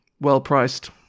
well-priced